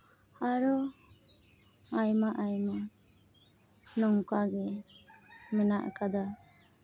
ᱟᱨᱚ ᱟᱭᱢᱟ ᱟᱭᱢᱟ ᱱᱚᱝᱠᱟ ᱜᱮ ᱢᱮᱱᱟᱜ ᱠᱟᱫᱟ